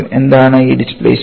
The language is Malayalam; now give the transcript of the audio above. എന്താണ് ഈ ഡിസ്പ്ലേസ്മെൻറ്